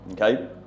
Okay